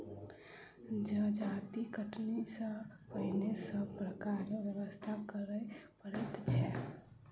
जजाति कटनी सॅ पहिने सभ प्रकारक व्यवस्था करय पड़ैत छै